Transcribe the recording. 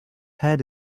head